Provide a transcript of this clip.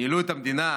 ניהלו את המדינה,